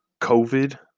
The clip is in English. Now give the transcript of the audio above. COVID